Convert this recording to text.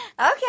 Okay